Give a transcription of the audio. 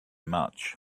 much